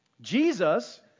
Jesus